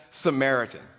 Samaritan